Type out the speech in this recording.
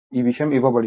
ఈ విషయం ఇవ్వబడింది